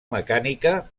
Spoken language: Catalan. mecànica